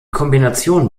kombination